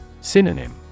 Synonym